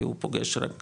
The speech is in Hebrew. כי הוא פוגש רק